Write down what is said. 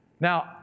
Now